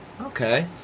Okay